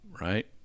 right